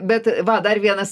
bet va dar vienas